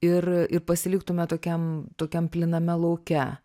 ir ir pasiliktume tokiam tokiam plyname lauke